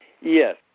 Yes